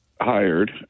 hired